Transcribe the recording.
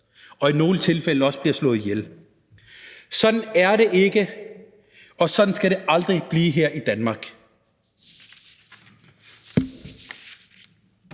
og i nogle tilfælde også bliver slået ihjel. Sådan er det ikke, og sådan skal det aldrig blive her i Danmark.